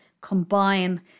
combine